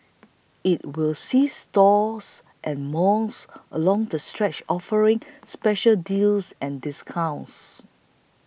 it will see stores and malls along the stretch offering special deals and discounts